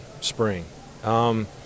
spring